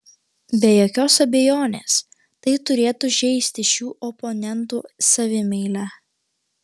be jokios abejonės tai turėtų žeisti šių oponentų savimeilę